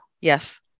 Yes